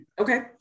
Okay